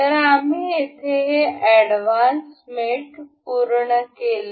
तर आम्ही येथे हे एडव्हान्स मेट पूर्ण केले